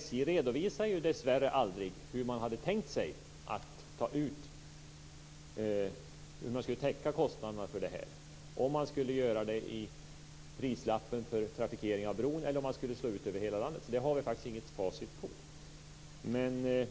SJ redovisade dessvärre aldrig hur man hade tänkt sig att täcka kostnaderna för det här. Man redovisade aldrig om man skulle göra det i prislappen för trafikeringen av bron eller om man skulle slå ut det över hela landet, så det har vi faktiskt inget facit över.